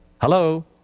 Hello